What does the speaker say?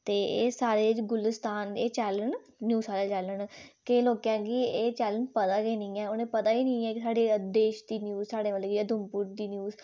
ते एह् सारे एह् गुलिस्तान एह् चैनल न न्यूज आह्ले चैनल केईं लोकें गी एह् चैनल पता गै नेईं ऐ उ'नें ई पता निं ऐ कि साढ़े देश दी न्यूज साढ़े उधमपुर दी न्यूज